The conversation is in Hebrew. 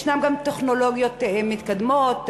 יש טכנולוגיות מתקדמות,